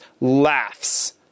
laughs